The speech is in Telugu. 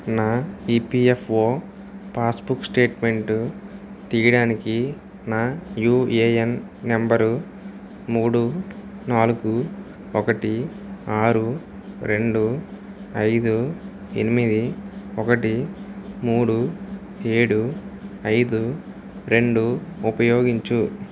నా ఈపీఎఫ్ఓ పాస్బుక్ స్టేట్మెంటు తీయడానికి నా యూఏఎన్ నంబరు మూడు నాలుగు ఒకటి ఆరు రెండు ఐదు ఎనిమిది ఒకటి మూడు ఏడు ఐదు రెండు ఉపయోగించు